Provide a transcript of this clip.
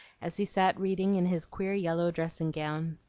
as he sat reading in his queer yellow dressing-gown.